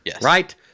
right